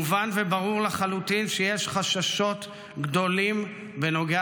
מובן וברור לחלוטין שיש חששות גדולים בנוגע